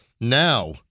Now